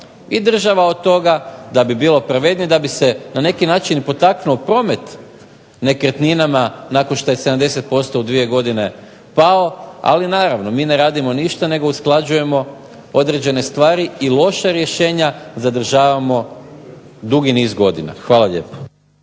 i država od toga, da bi bilo pravednije da bi se na neki način potaknuo promet nekretninama nakon što je 70% u dvije godine pao. Ali naravno, mi ne radimo ništa nego usklađujemo određene stvari i loša rješenja zadržavamo duži niz godina. Hvala lijepo.